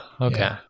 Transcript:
okay